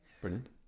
Brilliant